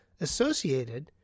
associated